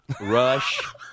Rush